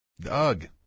Doug